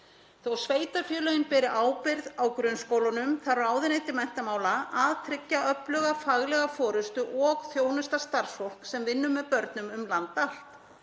að sveitarfélögin beri ábyrgð á grunnskólunum þarf ráðuneyti menntamála að tryggja öfluga, faglega forystu og þjónusta starfsfólk sem vinnur með börnum um land